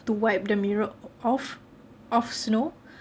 to wipe the mirror off of snow